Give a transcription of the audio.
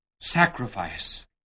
sacrifice